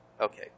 okay